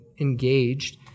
engaged